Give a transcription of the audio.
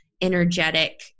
energetic